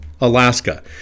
Alaska